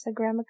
Instagram